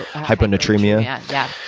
hyponatremia, yeah. yeah